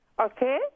Okay